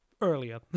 earlier